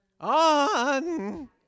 on